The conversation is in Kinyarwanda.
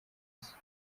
isi